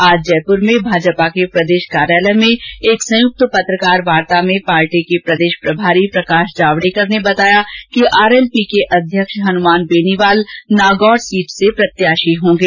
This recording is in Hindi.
आज जयपुर में भाजपा के प्रदेश कार्यालय में एक संयुक्त पत्रकार वार्ता में पार्टी के प्रदेश प्रभारी प्रकाश जावडेकर ने बताया कि आरएलपी के अध्यक्ष हनुमान बेनीवाल नागौर सीट से प्रत्याशी होंगे